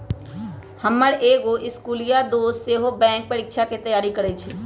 हमर एगो इस्कुलिया दोस सेहो बैंकेँ परीकछाके तैयारी करइ छइ